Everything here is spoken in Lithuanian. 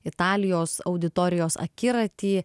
italijos auditorijos akiratį